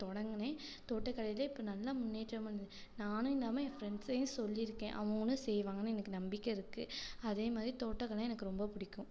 தொடங்கினேன் தோட்டக்கலையில் இப்போ நல்ல முன்னேற்றம் வந்துது நானும் இல்லாமல் என் ஃப்ரெண்ட்ஸையும் சொல்லிருக்கேன் அவங்களும் செய்வாங்கன்னு எனக்கு நம்பிக்கை இருக்குது அதே மாதிரி தோட்டக்கலை எனக்கு ரொம்ப பிடிக்கும்